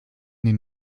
den